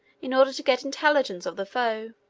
in order to get intelligence of the foe.